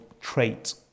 trait